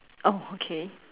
oh okay